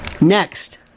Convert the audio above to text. Next